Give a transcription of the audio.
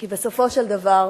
כי בסופו של דבר